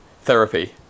therapy